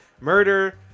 murder